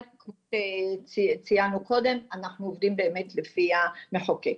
אבל ציינו קודם, אנחנו עובדים באמת לפי המחוקק.